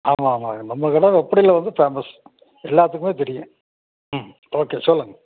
ஆமாம் ஆமாங்க நம்ம கடை வெப்படியில் வந்து பேமஸ் எல்லோத்துக்குமே தெரியும் ம் ஓகே சொல்லுங்க